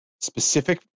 specific